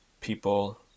people